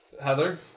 Heather